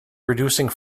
reducing